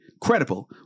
credible